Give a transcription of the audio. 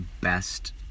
best